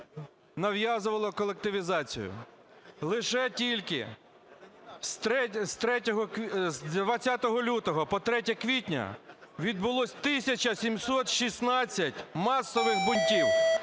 нав'язувала колективізацію. Лише тільки з 20 лютого по 3 квітня відбулось тисяча 716 масових бунтів,